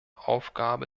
aufgabe